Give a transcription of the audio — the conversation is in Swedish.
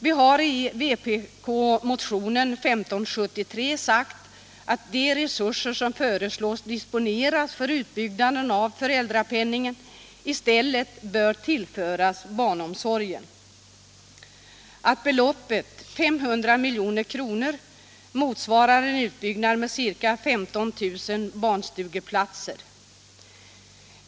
Vi har i vpkmotionen 1573 sagt att de resurser som föreslås bli disponerade för utbyggnaden av föräldrapenningen i stället bör tillföras barnomsorgen, att beloppet 500 milj.kr. motsvarar en utbyggnad med ca 15 000 barnstugeplatser.